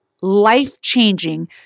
life-changing